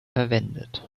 verwendet